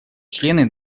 члены